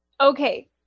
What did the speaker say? Okay